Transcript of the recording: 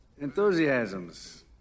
Enthusiasms